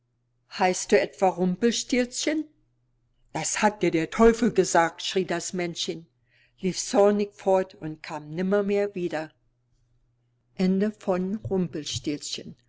heißt du etwa rumpelstilzchen das hat dir der teufel gesagt schrie das männchen lief zornig fort und kam nimmermehr wieder